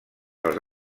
els